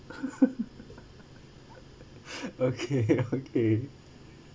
okay okay